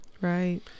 Right